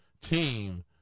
team